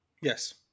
Yes